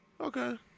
Okay